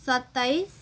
सत्ताइस